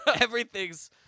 Everything's